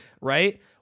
right